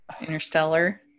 Interstellar